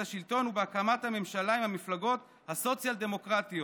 השלטון ובהקמת הממשלה עם המפלגות הסוציאל-דמוקרטיות.